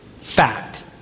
fact